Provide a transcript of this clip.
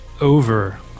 over